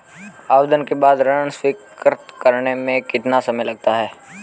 आवेदन के बाद ऋण स्वीकृत करने में कितना समय लगता है?